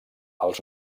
els